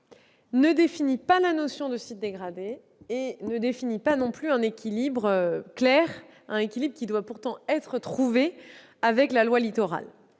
ne définit pas la notion de site dégradé. Il ne définit pas non plus un équilibre clair, qui doit pourtant être trouvé, avec la loi Littoral.